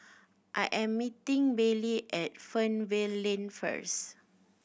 I am meeting Baylee at Fernvale Lane first